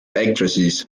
actresses